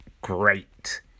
great